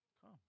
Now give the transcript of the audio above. come